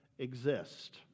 exist